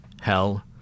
hell